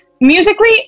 musically